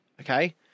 Okay